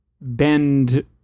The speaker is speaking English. bend